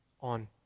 on